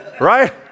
Right